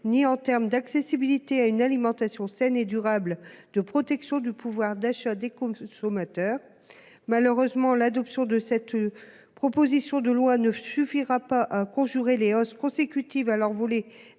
d'accroître l'accessibilité à une alimentation saine et durable ou de protéger le pouvoir d'achat des consommateurs. Malheureusement, l'adoption de cette proposition de loi ne suffira pas à endiguer les hausses consécutives à l'envolée